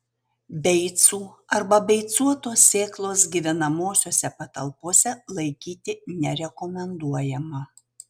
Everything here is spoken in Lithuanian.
beicų arba beicuotos sėklos gyvenamosiose patalpose laikyti nerekomenduojama